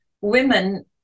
women